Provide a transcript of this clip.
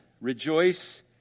Rejoice